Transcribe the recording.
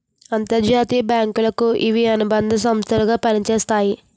అంతర్జాతీయ బ్యాంకులకు ఇవి అనుబంధ సంస్థలు గా పనిచేస్తాయి